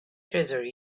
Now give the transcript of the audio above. treasure